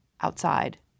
outside